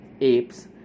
apes